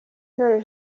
ndoli